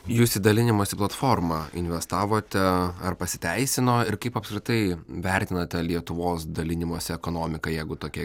jūs į dalinimosi platformą investavote ar pasiteisino ir kaip apskritai vertinate lietuvos dalinimosi ekonomiką jeigu tokia